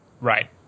Right